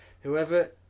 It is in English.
Whoever